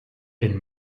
den